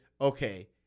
Okay